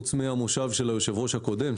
חוץ מהמושב של היושב ראש הקודם,